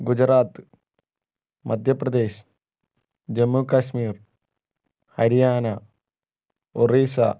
Gujarat Madhya Pradesh Jammu Kashmir Haryana Orissa